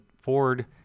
Ford